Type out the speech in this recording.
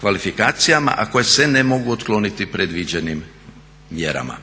kvalifikacijama, a koje se ne mogu otkloniti predviđenim mjerama.